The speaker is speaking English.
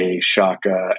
shaka